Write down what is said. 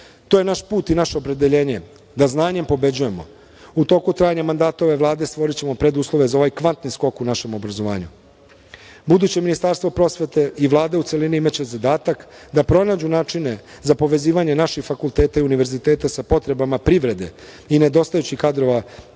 To je naš put i naše opredeljenje, da znanjem pobeđujemo.U toku trajanja mandata ove Vlade stvorićemo preduslove za ovaj kvantni skok u našem obrazovanju. Buduće Ministarstvo prosvete i Vlada u celini imaće zadatak da pronađu načine za povezivanje naših fakulteta i univerziteta sa potrebama privrede i nedostajućih kadrova